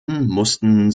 mussten